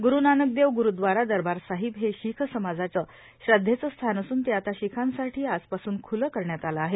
ग्रुरू नानक देव ग्रुरूद्वारा दरबार साहिब हे शिख समाजाचं श्रद्धेचं स्थान असून ते आता शिखांसाठी आजपासून खुलं करण्यात आलं आहे